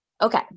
Okay